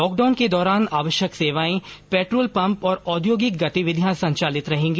lockdown के दौरान आवश्यक सेवाएं पेट्रोल पम्प और औद्योगिक गतिविधियां संचालित रहेगी